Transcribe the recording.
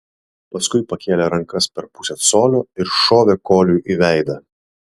paskui pakėlė rankas per pusę colio ir šovė koliui į veidą